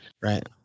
Right